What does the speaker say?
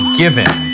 given